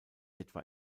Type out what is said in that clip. etwa